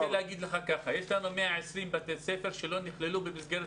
יש לנו 120 בתי ספר שבעבר לא נכללו במסגרת